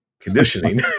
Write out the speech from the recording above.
conditioning